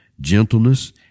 gentleness